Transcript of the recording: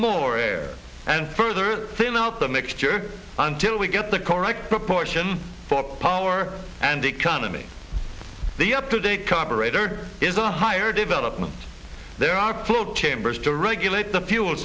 more air and further thin out the mixture until we get the correct proportion for power and economy the up to date carburetor is a higher development there are closed chambers to regulate the fuel